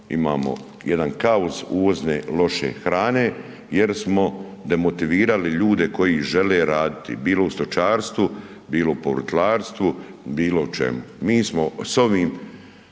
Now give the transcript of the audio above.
imamo jedan kaos uvozne loše hrane jer smo demotivirali ljude koji žele raditi, bilo u stočarstvu, bilo u povrtlarstvu, bilo u čemu.